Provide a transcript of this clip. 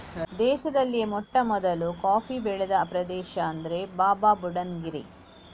ದೇಶದಲ್ಲಿಯೇ ಮೊಟ್ಟಮೊದಲು ಕಾಫಿ ಬೆಳೆದ ಪ್ರದೇಶ ಅಂದ್ರೆ ಬಾಬಾಬುಡನ್ ಗಿರಿ